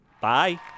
Bye